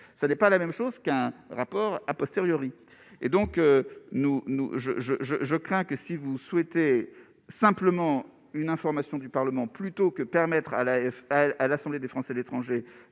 ça n'est pas la même chose qu'un rapport a posteriori et donc nous nous je, je, je, je crains que si vous souhaitez simplement une information du Parlement plutôt que permettre à l'AFM à l'Assemblée des Français de l'étranger